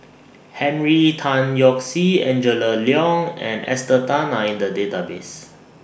Henry Tan Yoke See Angela Liong and Esther Tan Are in The Database